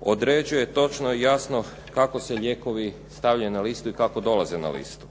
određuje točno i jasno kako se lijekovi stavljaju na listu i kako dolaze na listu.